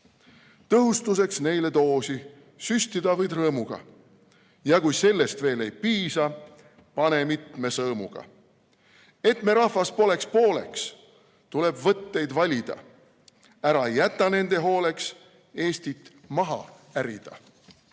Tõhustuseks neile doosi süstida võid rõõmuga. Ja kui sellest veel ei piisa, pane mitme sõõmuga. Et me rahvas poleks pooleks, tuleb võtteid valida. Ära jäta nende hooleks Eestit maha ärida.